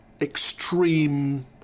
extreme